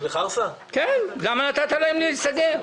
למה נתת להם להיסגר?